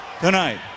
Tonight